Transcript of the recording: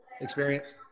experience